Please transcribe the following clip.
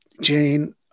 Jane